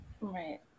right